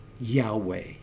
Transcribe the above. Yahweh